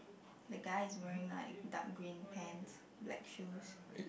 the guy is wearing like dark green pants black shoes